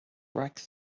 reich